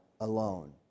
alone